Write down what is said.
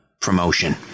promotion